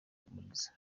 ruhumuriza